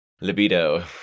libido